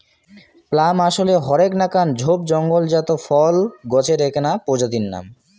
plum আশলে হরেক নাকান ঝোপ জঙলজাত ফল গছের এ্যাকনা প্রজাতির নাম